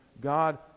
God